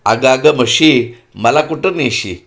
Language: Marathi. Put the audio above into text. आगं आगं म्हशी मला कुठं नेशी